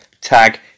Tag